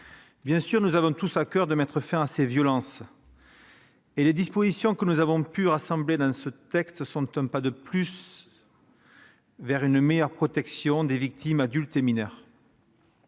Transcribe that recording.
Bien sûr, nous avons tous à coeur de mettre fin à ces violences et les dispositions que nous avons pu rassembler dans ce texte sont un pas de plus vers une meilleure protection des victimes adultes et mineures.